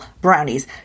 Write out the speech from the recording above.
brownies